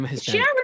share